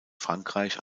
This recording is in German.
frankreich